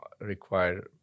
require